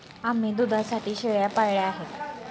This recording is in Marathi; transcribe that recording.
आम्ही दुधासाठी शेळ्या पाळल्या आहेत